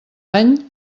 any